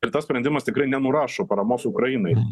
ir tas sprendimas tikrai nenurašo paramos ukrainai